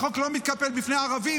החוק לא מתקפל בפני ערבים,